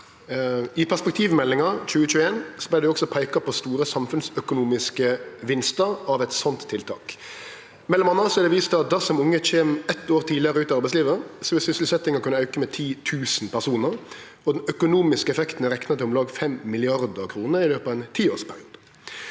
I perspektivmeldinga 2021 vart det også peika på store samfunnsøkonomiske vinstar av eit slikt tiltak. Mellom anna er det vist til at dersom unge kjem eitt år tidlegare ut i arbeidslivet, vil sysselsetjinga kunne auke med 10 000 personar. Den økonomiske effekten er rekna til om lag 5 mrd. kr i løpet av ein tiårsperiode.